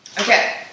Okay